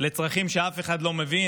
לצרכים שאף אחד לא מבין,